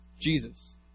Jesus